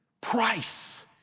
price